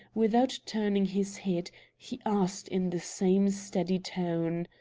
without turning his head, he asked in the same steady tone